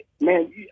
Man